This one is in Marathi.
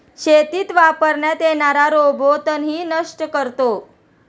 शेतीत वापरण्यात येणारा रोबो तणही नष्ट करतो